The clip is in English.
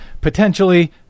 potentially